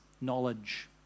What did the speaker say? knowledge